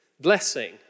Blessing